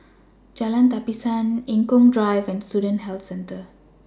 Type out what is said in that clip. Jalan Tapisan Eng Kong Drive and Student Health Centre